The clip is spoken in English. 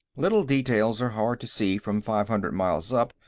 little details are hard to see from five hundred miles up,